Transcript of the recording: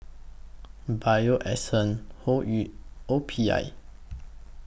Bio Essence Hoyu O P I